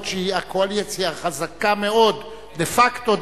אף-על-פי שהקואליציה חזקה מאוד דה-פקטו,